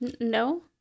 No